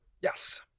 yes